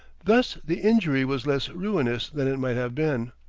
thus the injury was less ruinous than it might have been.